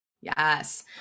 yes